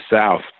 South